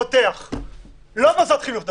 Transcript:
לא מוסדות חינוך דתיים,